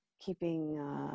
keeping